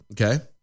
Okay